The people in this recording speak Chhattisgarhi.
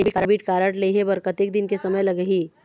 डेबिट कारड लेहे बर कतेक दिन के समय लगही?